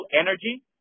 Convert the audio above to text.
energy